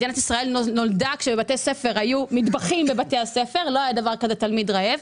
מדינת ישראל נולדה כשבבתי הספר היו מטבחים ולא היה דבר כזה תלמיד רעב,